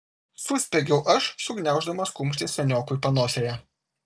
suspiegiau aš sugniauždamas kumštį seniokui panosėje